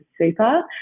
Super